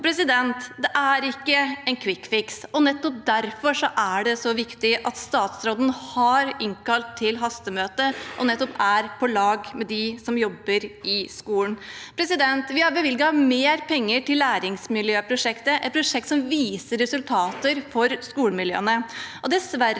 og skapte. Det er ikke en kvikkfiks, og nettopp derfor er det så viktig at statsråden har innkalt til hastemøte og er på lag med dem som jobber i skolen. Vi har bevilget mer penger til Læringsmiljøprosjektet, et prosjekt som viser resultater for skolemiljøene.